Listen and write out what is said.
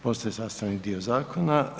Postaje sastavni dio zakona.